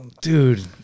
dude